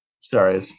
Sorry